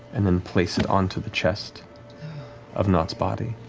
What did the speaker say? and then place it onto the chest of nott's body.